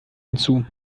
hinzu